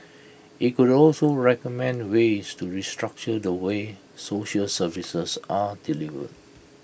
IT could also recommend ways to restructure the way social services are delivered